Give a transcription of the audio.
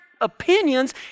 opinions